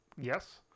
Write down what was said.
Yes